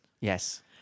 Yes